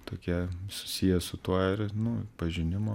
tokie susiję su tuo ir nu pažinimo